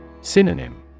Synonym